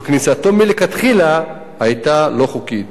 וכניסתו מלכתחילה היתה לא חוקית.